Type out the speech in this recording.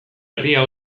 herria